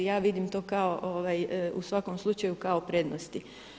Ja vidim to kao u svakom slučaju kao prednosti.